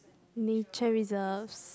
nature reserves